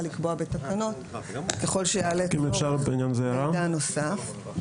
ולקבוע בתקנות אם יעלה צורך במידע נוסף.